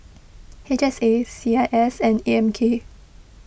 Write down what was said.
H S A C I S and A M K